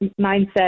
mindset